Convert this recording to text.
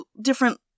different